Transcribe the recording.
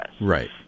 Right